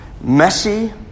messy